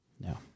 no